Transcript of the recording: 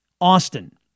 Austin